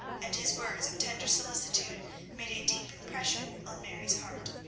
and his words of tender solicitude made a deep impression on mary's heart.